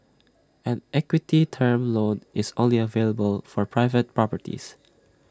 an equity term loan is only available for private properties